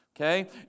okay